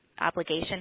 obligation